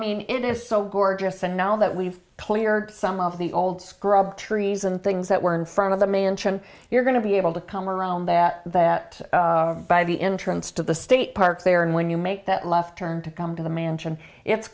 mean it is so gorgeous and now that we've cleared some of the old scrub trees and things that were in front of the mansion you're going to be able to come around that that by the entrance to the state park there and when you make that left turn to come to the mansion it's